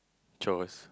chores